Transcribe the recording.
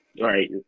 Right